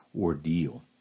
ordeal